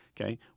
Okay